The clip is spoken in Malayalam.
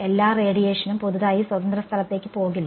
എല്ലാ റേഡിയേഷനും പുതിയതായി സ്വതന്ത്ര സ്ഥലത്തേക്ക് പോകില്ല